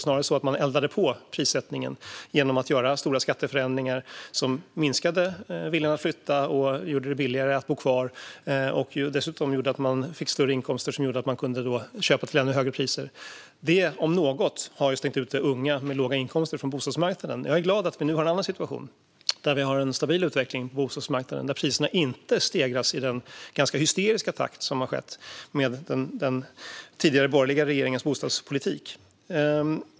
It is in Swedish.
Snarare eldade man på prissättningen genom att göra stora skatteförändringar som minskade viljan att flytta och gjorde det billigare att bo kvar. Dessutom gjorde skatteförändringarna att människor fick större inkomster och kunde köpa till ännu högre priser. Det om något har stängt ute unga med låga inkomster från bostadsmarknaden. Jag är glad att vi nu har en annan situation, där vi har en stabil utveckling på bostadsmarknaden och där priserna inte stegras i den ganska hysteriska takt som skedde med den tidigare borgerliga regeringens bostadspolitik.